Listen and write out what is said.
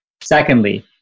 secondly